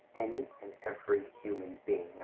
any and every human being